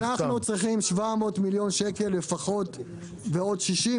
אנחנו צריכים 700 מיליון שקל לפחות ועוד 60,